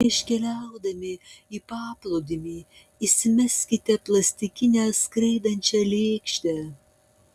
prieš keliaudami į paplūdimį įsimeskite plastikinę skraidančią lėkštę